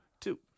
Two